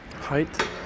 height